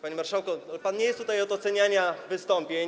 Panie marszałku, pan nie jest tutaj od oceniania wystąpień.